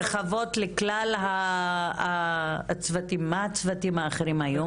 רחבות לכלל הצוותים, מה הצוותים האחרים היו?